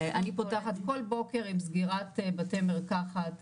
אני פותחת כל בוקר עם סגירת בתי מרקחת,